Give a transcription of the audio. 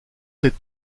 ces